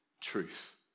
truth